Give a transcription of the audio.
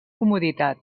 comoditat